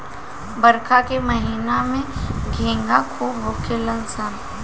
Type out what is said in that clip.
बरखा के महिना में घोंघा खूब होखेल सन